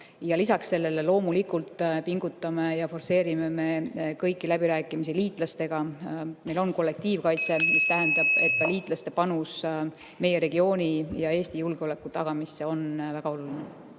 Lisaks sellele loomulikult pingutame ja forsseerime me kõiki läbirääkimisi liitlastega. (Juhataja helistab kella.) Meil on kollektiivkaitse, mis tähendab, et ka liitlaste panus meie regiooni ja Eesti julgeoleku tagamisse on väga oluline.